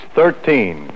Thirteen